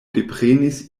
deprenis